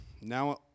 Now